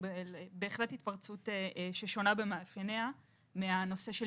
זו התפרצות ששונה במאפייניה מהנושא של